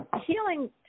healing